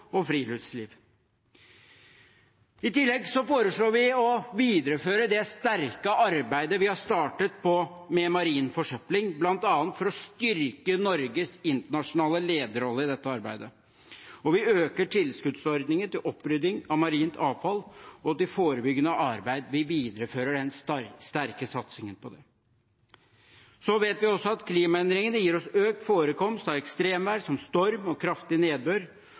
og friluftsliv. I tillegg foreslår vi å videreføre det sterke arbeidet vi har startet med marin forsøpling, bl.a. for å styrke Norges internasjonale lederrolle i dette arbeidet, og vi øker tilskuddsordningen til opprydding av marint avfall og til forebyggende arbeid. Vi viderefører den sterke satsingen på det. Så vet vi også at klimaendringene gir oss økt forekomst av ekstremvær som storm og kraftig nedbør,